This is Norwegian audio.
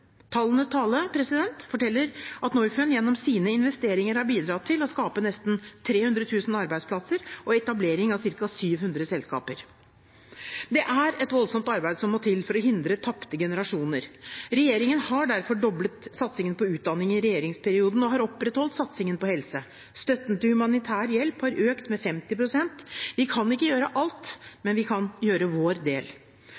Tallenes tale forteller at Norfund gjennom sine investeringer har bidratt til å skape nesten 300 000 arbeidsplasser og etablering av ca. 700 selskaper. Det er et voldsomt arbeid som må til for å hindre tapte generasjoner. Regjeringen har derfor i sin periode doblet satsingen på utdanning og opprettholdt satsingen på helse. Støtten til humanitær hjelp har økt med 50 pst. Vi kan ikke gjøre